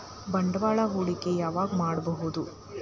ಬಂಡವಾಳ ಹೂಡಕಿ ಯಾವಾಗ್ ಮಾಡ್ಬಹುದು?